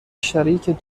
شریک